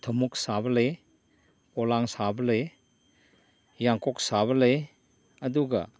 ꯊꯨꯝꯃꯣꯛ ꯁꯥꯕ ꯂꯩ ꯄꯣꯂꯥꯡ ꯁꯥꯕ ꯂꯩ ꯌꯥꯡꯀꯣꯛ ꯁꯥꯕ ꯂꯩ ꯑꯗꯨꯒ